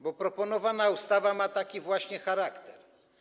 Bo proponowana ustawa ma taki właśnie charakter.